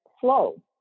flow